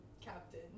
captain